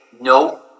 No